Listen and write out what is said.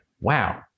wow